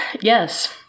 yes